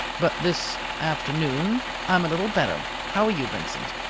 but this afternoon i am a little better. how are you, vincent?